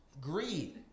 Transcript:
Greed